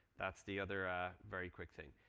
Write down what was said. that's the other very quick thing.